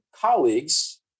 colleagues